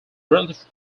relative